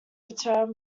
return